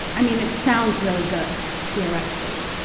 i mean, it sounds really good. theoretically.